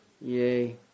Yay